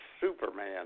Superman